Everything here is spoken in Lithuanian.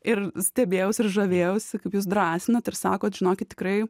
ir stebėjausi ir žavėjausi kaip jūs drąsinat ir sakot žinokit tikrai